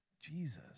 Jesus